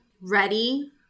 ready